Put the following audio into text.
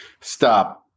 stop